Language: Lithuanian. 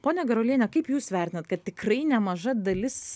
ponia garuoliene kaip jūs vertinat kad tikrai nemaža dalis